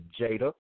Jada